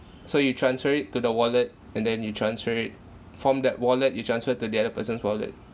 so you transfer it to the wallet and then you transfer it from that wallet you transferred to the other person's wallet